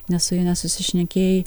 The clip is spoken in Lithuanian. nes su ja nesusišnekėjai